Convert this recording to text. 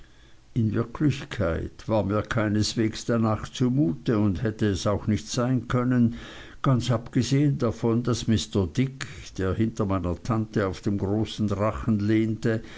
in wirklichkeit war mir keineswegs danach zumute und hätte es auch nicht sein können ganz abgesehen davon daß mr dick der hinter meiner tante auf dem großen drachen lehnte